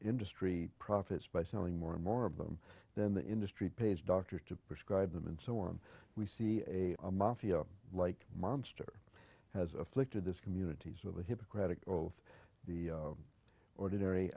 industry profits by selling more and more of them then the industry pays doctors to prescribe them and so on we see a mafia like monster has afflicted this communities with the hippocratic oath the ordinary